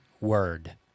word